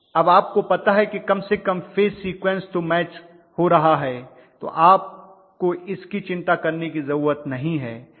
अब आपको पता है कि कम से कम फेज सीक्वेंस तो मैच हो रहा है तो अब आपको इसकी चिंता करने की ज़रूरत नहीं है